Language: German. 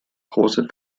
große